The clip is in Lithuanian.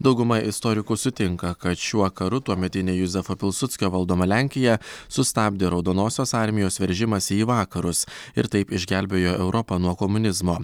dauguma istorikų sutinka kad šiuo karu tuometinė juzefo pilsudskio valdoma lenkija sustabdė raudonosios armijos veržimąsi į vakarus ir taip išgelbėjo europą nuo komunizmo